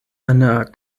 einer